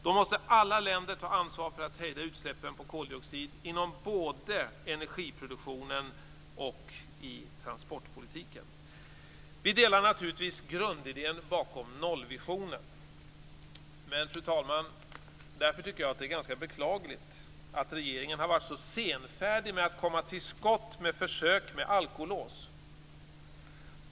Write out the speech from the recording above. Då måste alla länder ta ansvar för att hejda utsläppen av koldioxid både inom energiproduktionen och i transportpolitiken. Vi delar naturligtvis grundidén bakom nollvisionen. Men det är, fru talman, ganska beklagligt att regeringen har varit så senfärdig att komma till skott med försök med alkolås.